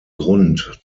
grund